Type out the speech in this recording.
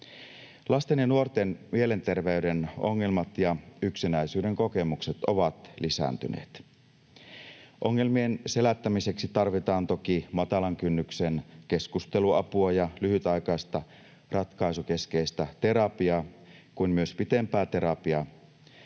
Lasten ja nuorten mielenterveyden ongelmat ja yksinäisyyden kokemukset ovat lisääntyneet. Ongelmien selättämiseksi tarvitaan toki niin matalan kynnyksen keskusteluapua ja lyhytaikaista ratkaisukeskeistä terapiaa kuin myös pitempää terapiaa.